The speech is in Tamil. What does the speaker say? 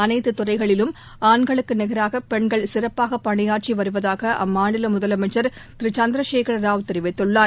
அனைத்து துறைகளிலும் ஆண்களுக்கு நிகராக பெண்கள் சிறப்பாக பணியாற்றி வருவதாக அம்மாநில முதலமைச்சர் திரு சந்திரசேகர ராவ் தெரிவித்துள்ளார்